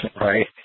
right